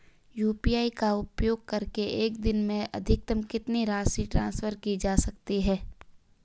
UPI का उपयोग करके एक दिन में अधिकतम कितनी राशि ट्रांसफर की जा सकती है?